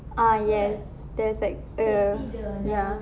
ah yes there's like the ya